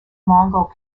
mongol